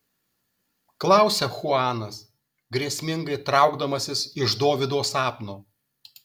klausia chuanas grėsmingai traukdamasis iš dovydo sapno